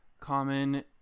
Common